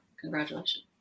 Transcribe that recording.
Congratulations